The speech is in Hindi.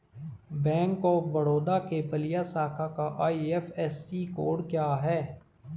बैंक ऑफ बड़ौदा के बलिया शाखा का आई.एफ.एस.सी कोड क्या है?